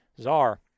Czar